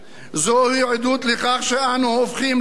זוהי עדות לכך שאנו הופכים לחלק,